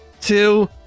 two